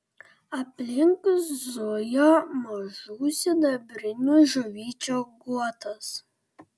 aplink zujo mažų sidabrinių žuvyčių guotas